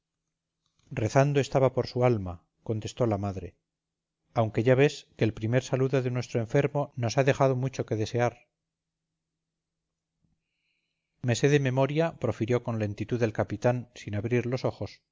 rezando estaba por su alma contestó la madre aunque ya ves que el primer saludo de nuestro enfermo nos ha dejado mucho que desear me sé de memoria profirió con lentitud el capitán sin abrir los